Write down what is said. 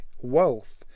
Wealth